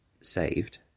saved